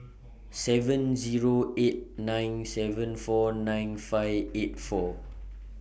seven Zero eight nine seven four nine five eight four